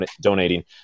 donating